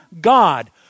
God